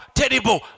terrible